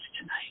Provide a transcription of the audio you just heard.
tonight